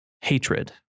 hatred